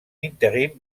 intérim